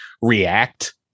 react